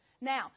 Now